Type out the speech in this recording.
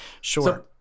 Sure